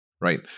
right